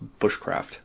bushcraft